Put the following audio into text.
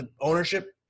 ownership